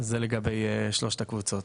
זה לגבי שלושת הקבוצות.